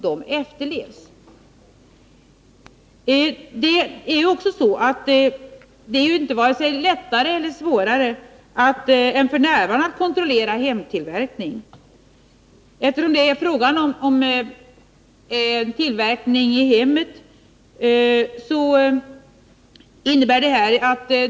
Det är varken lättare eller svårare att kontrollera hemtillverkningen med de föreslagna bestämmelserna än f. n.